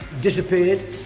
disappeared